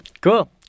cool